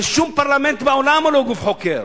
ושום פרלמנט בעולם הוא לא גוף חוקר,